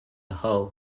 hau